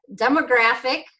demographic